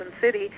City